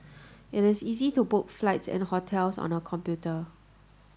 it is easy to book flights and hotels on the computer